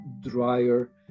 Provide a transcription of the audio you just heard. Drier